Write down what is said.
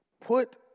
Put